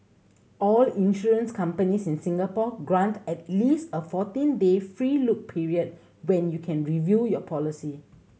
all insurance companies in Singapore grant at least a fourteen day free look period when you can review your policy